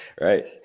Right